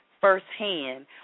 firsthand